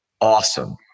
awesome